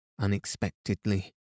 unexpectedly